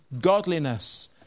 godliness